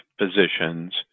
physicians